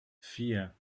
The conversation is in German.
vier